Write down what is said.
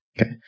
Okay